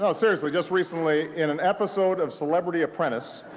ah seriously, just recently, in an episode of celebrity apprentice,